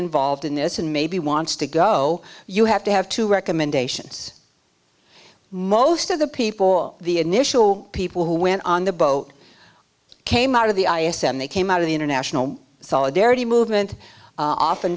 involved in this and maybe wants to go you have to have two recommendations most of the people the initial people who went on the boat came out of the ice and they came out of the international solidarity movement